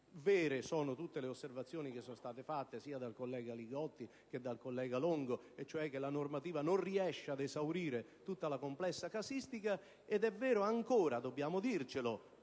Vere sono tutte le osservazioni fatte sia dal collega Li Gotti che dal collega Longo, e cioè che la normativa non riesce ad esaurire la complessa casistica ed è vero ancora - dobbiamo dircelo